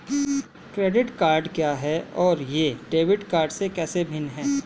Credit card क्या है और यह डेबिट कार्ड से कैसे भिन्न है?